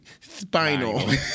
Spinal